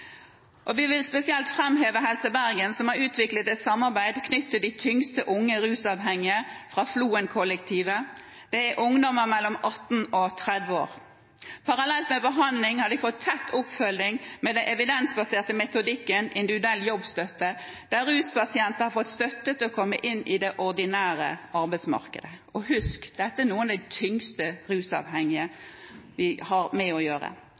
Vi vil spesielt framheve Helse Bergen, som har utviklet et samarbeid knyttet til de tyngste unge rusavhengige fra Floenkollektivet. Det dreier seg om ungdommer mellom 18 og 30 år. Parallelt med behandling har de fått tett oppfølging med den evidensbaserte metodikken individuell jobbstøtte, der ruspasienter har fått støtte til å komme inn i det ordinære arbeidsmarkedet. Husk: Dette er noen av de tyngste rusavhengige vi har med å gjøre.